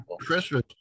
Christmas